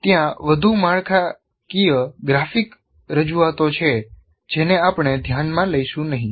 ત્યાં વધુ માળખાકીય ગ્રાફિક રજૂઆતો છે જેને આપણે ધ્યાનમાં લઈશું નહીં